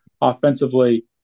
offensively